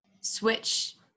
switch